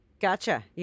Gotcha